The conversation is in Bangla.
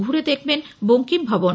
ঘুরে দেখবেন বঙ্কিম ভবন